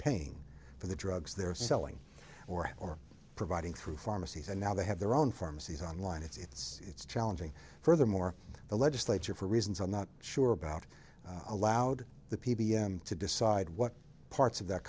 paying for the drugs they're selling or or providing through pharmacies and now they have their own pharmacies on line it's it's challenging furthermore the legislature for reasons i'm not sure about allowed the p b m to decide what parts of th